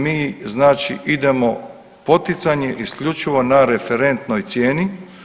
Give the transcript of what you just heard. Mi znači idemo poticanje isključivo na referentnoj cijeni.